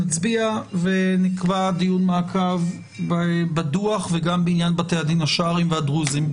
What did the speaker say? נצביע ונקבע דיון מעקב בדוח וגם בעניין בתי הדין השרעיים והדרוזים.